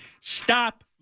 Stop